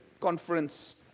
conference